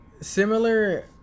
similar